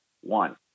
One